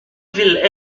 ville